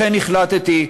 לכן החלטתי,